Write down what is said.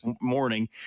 morning